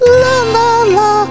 la-la-la